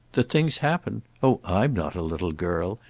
that things happen? oh i'm not a little girl.